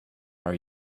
are